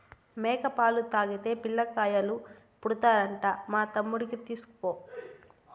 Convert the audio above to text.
మేక పాలు తాగితే పిల్లకాయలు పుడతారంట మా తమ్ముడికి తీస్కపో